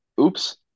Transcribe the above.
Oops